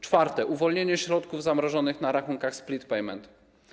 Czwarte - uwolnienie środków zamrożonych na rachunkach split payment.